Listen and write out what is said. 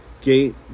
gate